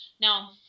Now